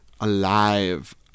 Alive